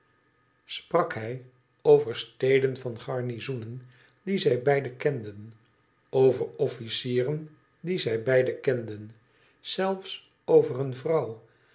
sprak hij over steden van garnizoen die zij beiden kenden over officieren die zij beiden kenden zelfs over een vrouw